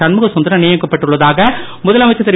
சண்முக சுந்தரம் நியமிக்கப்பட்டுள்ளதாக முதலமைச்சர் திரு